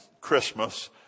Christmas